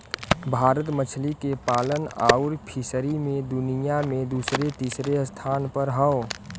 भारत मछली के पालन आउर फ़िशरी मे दुनिया मे दूसरे तीसरे स्थान पर हौ